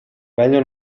meglio